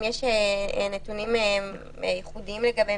אם יש נתונים ייחודיים לגביהם